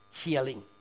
healing